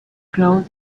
growth